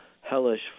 hellish